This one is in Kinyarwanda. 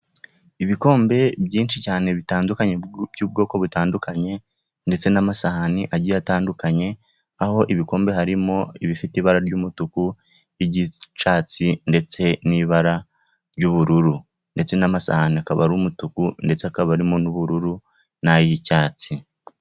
Ibikombe byinshi cyane bitandukanye by'ubwoko butandukanye, ndetse n'amasahani agiye atandukanye, aho ibikombe harimo bifite ibara ry'umutuku iry'icyatsi ndetse n'ibara ry'ubururu, ndetse n'amasahani akaba ari umutuku ndetse akaba arimo n'ubururu n'ay'icyatsi.